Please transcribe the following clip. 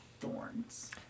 thorns